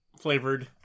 Flavored